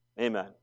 Amen